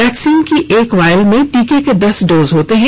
vaccine की एक vial में टीके के दस डोज होते हैं